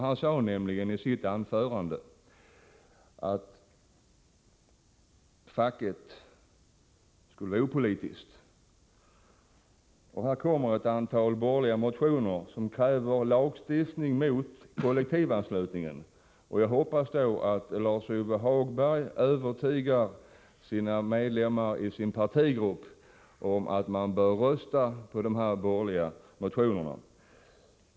Han sade nämligen i sitt anförande att facket skulle vara opolitiskt. Det kommer upp till behandling här i kammaren ett antal borgerliga motioner som kräver lagstiftning mot kollektivanslutning, och jag hoppas att Lars-Ove Hagberg övertygar medlemmarna i sin partigrupp om att de bör rösta på dessa borgerliga motioner.